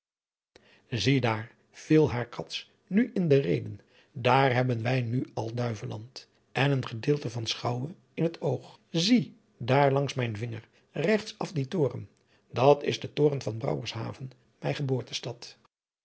ziedaar viel haar cats nu in de reden daar hebben wij nu al duiveland en een gedeelte van schouwen in het oog zie daar langs mijn vinger regts af dien toren dat is de toren van brouwershaven mijne geboortestad